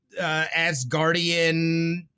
Asgardian